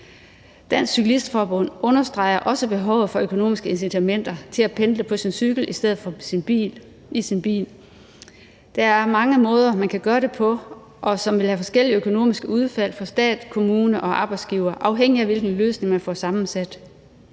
brug. Cyklistforbundet understreger også behovet for økonomiske incitamenter til at pendle på sin cykel i stedet for i sin bil. Der er mange måder, man kan gøre det på, og som vil have forskellige økonomiske udfald for stat, kommune og arbejdsgiver, afhængig af hvilken løsning man får sammensat.